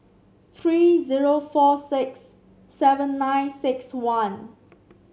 three zero four six seven nine six one